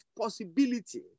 possibility